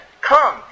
come